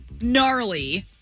gnarly